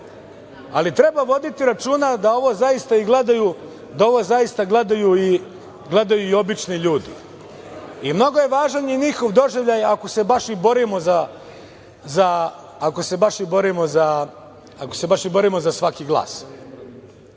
ali treba voditi računa da ovo zaista i gledaju, da gledaju i obični ljudi i mnogo je važan i njihov doživljaj ako se baš i borimo za svaki glas,